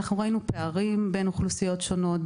ראינו פערים בין אוכלוסיות שונות,